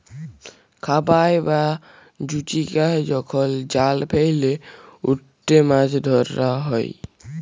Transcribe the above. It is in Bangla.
খাবাই বা জুচিকাই যখল জাল ফেইলে উটতে মাছ ধরা হ্যয়